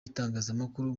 itangazamakuru